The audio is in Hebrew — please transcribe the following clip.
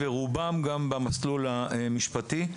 ורובם גם במסלול המשפטי,